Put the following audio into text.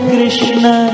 Krishna